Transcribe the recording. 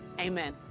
amen